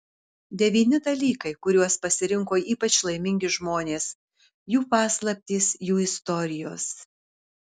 devyni dalykai kuriuos pasirinko ypač laimingi žmonės jų paslaptys jų istorijos